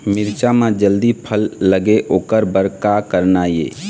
मिरचा म जल्दी फल लगे ओकर बर का करना ये?